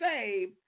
save